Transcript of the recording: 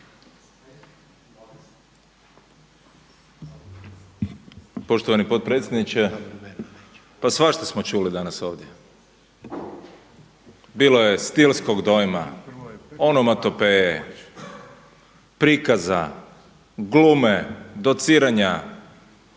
Poštovani potpredsjedniče. Pa svašta smo čuli danas ovdje. Bilo je stilskog dojma, onomatopeje, prikaza, glume, dociranja,